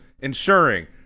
ensuring